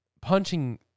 punching